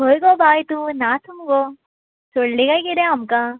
खंय गो बाय तूं नाच मुगो सोडली काय किते आमकां